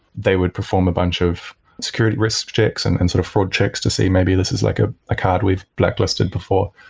they would perform a bunch of security risk checks and and sort of fraud checks to say maybe this is like ah a card we've blacklisted before.